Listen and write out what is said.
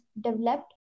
developed